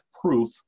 proof